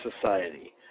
society